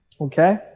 Okay